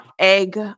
egg